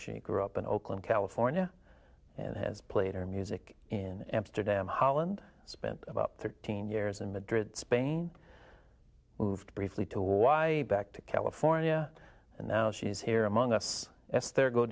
she grew up in oakland california and has played her music in amsterdam holland spent about thirteen years in madrid spain moved briefly to why back to california and now she's here among us s there go